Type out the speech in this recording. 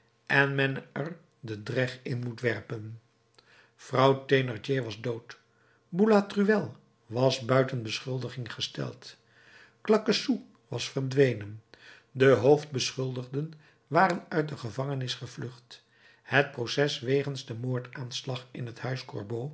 en men er de dreg in moet werpen vrouw thénardier was dood boulatruelle was buiten beschuldiging gesteld claquesous was verdwenen de hoofdbeschuldigden waren uit de gevangenis gevlucht het proces wegens den moordaanslag in het huis